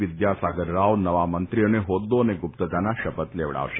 વિદ્યાસાગર રાવ નવા મંત્રીઓને હોદ્દો અને ગુપ્તતા શપથ લેવડાવશે